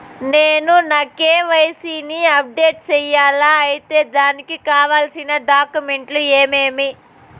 నేను నా కె.వై.సి ని అప్డేట్ సేయాలా? అయితే దానికి కావాల్సిన డాక్యుమెంట్లు ఏమేమీ?